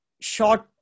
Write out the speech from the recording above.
short